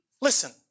Listen